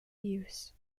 use